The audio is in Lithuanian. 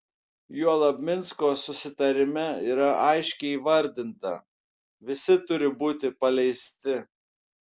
juolab minsko susitarime yra aiškiai įvardinta visi turi būti paleisti